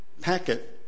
packet